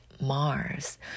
Mars